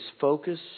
focus